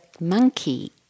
Monkey